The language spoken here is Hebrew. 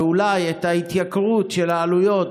ואולי את ההתייקרות של העלויות,